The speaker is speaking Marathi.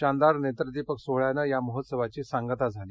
शानदार नेत्रदीपक सोहळ्यानं या महोत्सवाची सांगता झाली